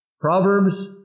Proverbs